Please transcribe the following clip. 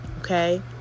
okay